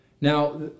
Now